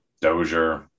Dozier